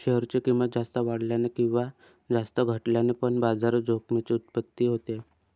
share ची किंमत जास्त वाढल्याने किंवा जास्त घटल्याने पण बाजार जोखमीची उत्पत्ती होते